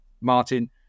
Martin